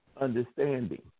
understanding